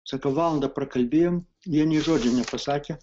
sako valanda prakalbėjom jie nė žodžio nepasakė